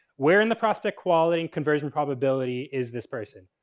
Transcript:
we're in the prospect quality and conversion probability is this person.